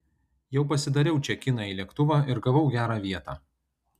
jau pasidariau čekiną į lėktuvą ir gavau gerą vietą